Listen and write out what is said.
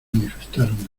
manifestaron